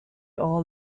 all